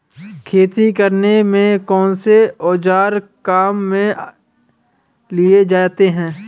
खेती करने में कौनसे औज़ार काम में लिए जाते हैं?